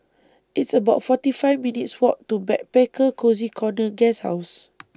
It's about forty five minutes' Walk to Backpacker Cozy Corner Guesthouse